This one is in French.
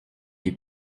qui